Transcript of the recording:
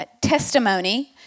testimony